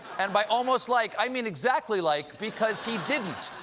and by almost like i mean exactly like, because he didn't.